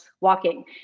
walking